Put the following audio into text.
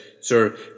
Sir